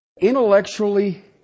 Intellectually